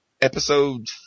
Episode